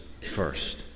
first